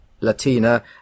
Latina